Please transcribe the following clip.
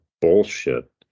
bullshit